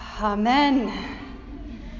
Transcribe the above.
amen